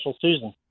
season